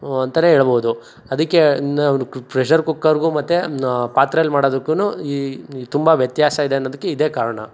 ಅಂತಲೇ ಹೇಳ್ಬಹುದು ಅದಕ್ಕೆ ಪ್ರೆಷರ್ ಕುಕ್ಕರ್ಗೂ ಮತ್ತೆ ಪಾತ್ರೆಲಿ ಮಾಡೋದಕ್ಕೂ ಈ ತುಂಬ ವ್ಯತ್ಯಾಸ ಇದೆ ಅನ್ನೋದಕ್ಕೆ ಇದೆ ಕಾರಣ